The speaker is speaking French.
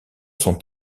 sont